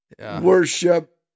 worship